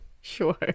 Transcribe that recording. Sure